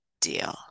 deal